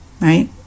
right